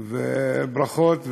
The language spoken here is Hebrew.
ברכות,